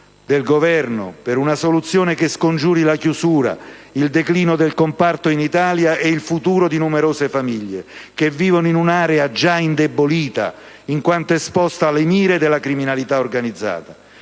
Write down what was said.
del Governo per una soluzione che scongiuri la chiusura, il declino del comparto in Italia e il futuro di numerose famiglie che vivono in un'area già indebolita in quanto esposta alle mire della criminalità organizzata.